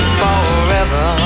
forever